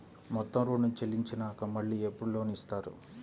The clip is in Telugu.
మొత్తం ఋణం చెల్లించినాక మళ్ళీ ఎప్పుడు లోన్ ఇస్తారు?